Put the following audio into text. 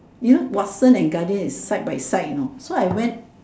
do you know Watsons and Guardian is side by side you know